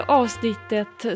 avsnittet